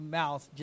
mouth